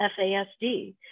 FASD